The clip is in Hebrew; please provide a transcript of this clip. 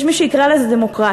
יש מי שיקרא לזה דמוקרטיה.